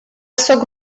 sóc